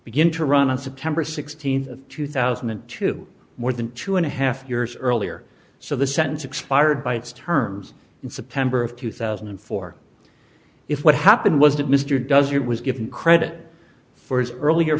begin to run on september sixteenth of two thousand and two more than two and a half years earlier so the sentence expired by its terms in september of two thousand and four if what happened was that mr does it was given credit for his earlier